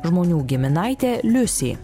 žmonių giminaitė liusi